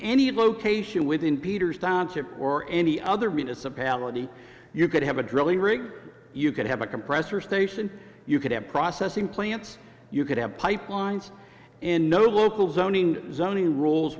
any location within peter's township or any other municipality you could have a drilling rig or you could have a compressor station you could have processing plants you could have pipelines in no local zoning zoning rules